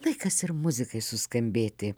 laikas ir muzikai suskambėti